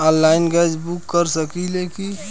Online gas book कर सकिले की?